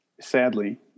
sadly